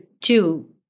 two